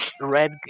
Red